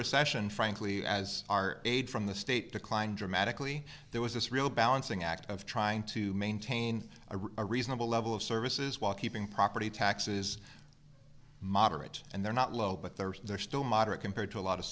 recession frankly as our aid from the state declined dramatically there was this real balancing act of trying to maintain a reasonable level of services while keeping property taxes moderate and they're not low but there are still moderate compared to a lot of